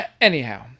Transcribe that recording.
anyhow